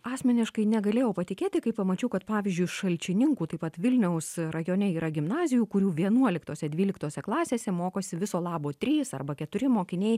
asmeniškai negalėjau patikėti kai pamačiau kad pavyzdžiui šalčininkų taip pat vilniaus rajone yra gimnazijų kurių vienuoliktose dvyliktose klasėse mokosi viso labo trys arba keturi mokiniai